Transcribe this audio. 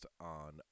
on